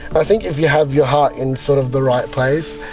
i think if you have your heart in sort of the right place,